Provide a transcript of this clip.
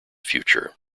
future